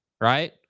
right